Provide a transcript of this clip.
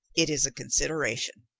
it is a consideration.